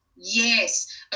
yes